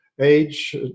Age